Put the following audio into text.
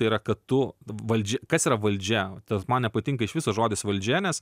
tai yra kad tu vadž kas yra valdžia tas man nepatinka iš viso žodis valdžia nes